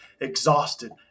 Exhausted